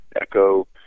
Echo